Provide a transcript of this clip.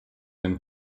and